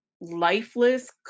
lifeless